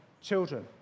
children